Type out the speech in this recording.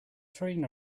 train